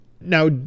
Now